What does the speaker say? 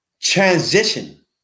transition